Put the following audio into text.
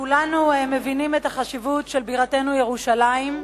כולנו מבינים את החשיבות של בירתנו ירושלים,